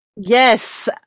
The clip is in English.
Yes